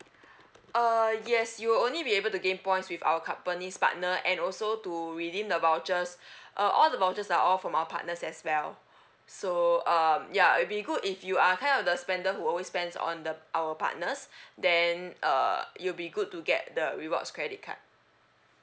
uh yes you will only be able to gain points with our company's partner and also to redeem the vouchers uh all the vouchers are all from our partners as well so um ya it will be good if you are kind of the spender who always spends on the our partners then uh it will be good to get the rewards credit card